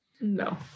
No